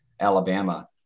Alabama